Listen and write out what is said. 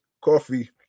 coffee